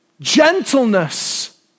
gentleness